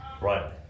Right